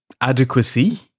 adequacy